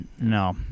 No